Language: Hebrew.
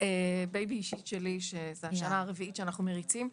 בייבי אישי שלי, שזו השנה הרביעית שאנחנו מריצים.